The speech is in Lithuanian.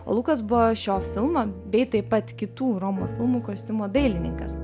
lukas buvo šio filmo bei taip pat kitų romo filmų kostiumo dailininkas